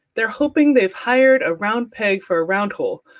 they're hoping they've hired a round peg for a round hole,